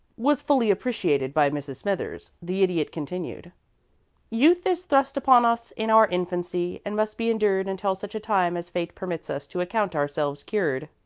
was fully appreciated by mrs. smithers, the idiot continued youth is thrust upon us in our infancy, and must be endured until such a time as fate permits us to account ourselves cured.